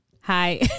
Hi